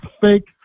fake